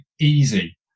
easy